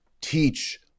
teach